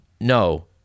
no